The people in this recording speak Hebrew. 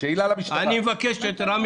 רכב